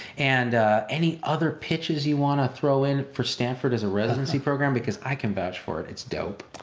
and any other pitches you want to throw in for stanford as a residency program, because i can vouch for it. it's dope.